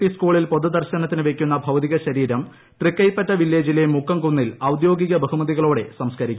P സ്കൂളിൽ പൊതു ദർശ്ശനത്തിന് വെയ്ക്കുന്ന ഭൌതിക ശരീരം തൃക്കൈപറ്റ വിലേജിലെ മുക്കംകുന്നിൽ ഔദ്യോഗിക ബഹുമതികളോടെ സംസ്കരിക്കും